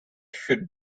should